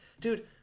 Dude